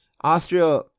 austria